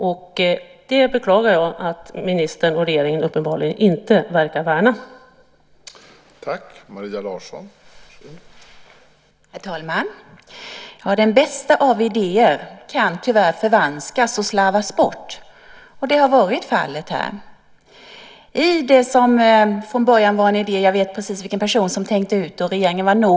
Och jag beklagar att ministern och regeringen uppenbarligen inte verkar värna det.